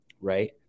right